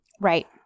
Right